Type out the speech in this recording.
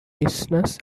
business